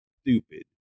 stupid